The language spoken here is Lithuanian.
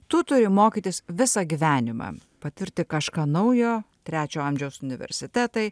tu turi mokytis visą gyvenimą patirti kažką naujo trečio amžiaus universitetai